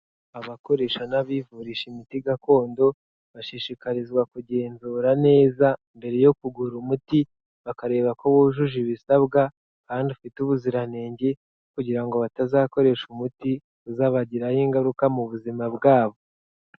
Abakoresha n'abivurisha imiti gakondo bashishikarizwa kugenzura neza mbere yo kugura umuti, bakareba ko wujuje ibisabwa kandi ufite ubuziranenge kugira ngo batazakoresha umuti uzabagiraho ingaruka mu buzima bwabo.